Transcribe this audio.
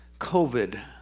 COVID